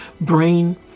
brain